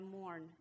mourn